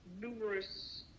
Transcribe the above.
numerous